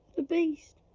the beast.